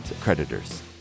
creditors